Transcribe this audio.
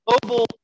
global